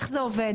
איך זה עובד?